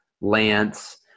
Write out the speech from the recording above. Lance